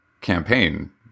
campaign